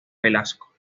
velasco